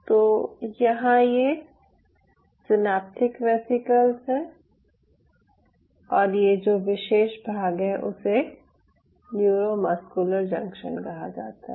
तो यहां ये सिनैप्टिक वेसिकल्स हैं और ये जो विशेष भाग है उसे न्यूरोमस्कुलर जंक्शन कहा जाता है